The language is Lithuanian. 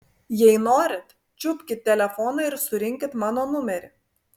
jei norit čiupkit telefoną ir surinkit mano numerį